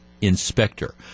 inspector